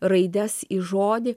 raides į žodį